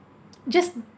just